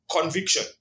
conviction